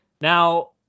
Now